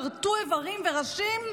כרתו איברים וראשים,